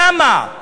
למה?